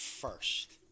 first